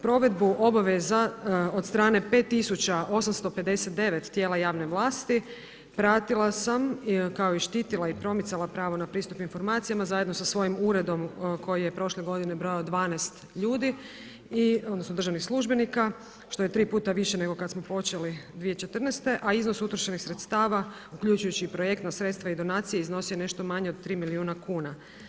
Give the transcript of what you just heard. Provedbu obaveza od strane 5,859 tijela javne vlasti pratila sam kao i štitila i promicala pravo na pristup informacijama zajedno sa svojim uredom koji je prošle godine brojao 12 ljudi odnosno državnih službenika što je tri puta više nego kada smo počeli 2014., a iznos utrošenih sredstava uključujući i projektna sredstva i donacije iznosio je nešto manje od 3 milijuna kuna.